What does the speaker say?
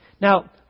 Now